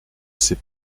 ces